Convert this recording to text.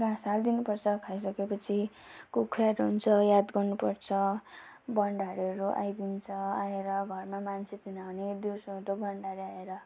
घाँस हालिदिनुपर्छ खाइसके पछि कुखुराहरू हुन्छ यादहरू गर्नुपर्छ बनढाडेहरू आइदिन्छ आएर घरमा मान्छे छैन भने दिउँसो हुँदो बनढाडे आएर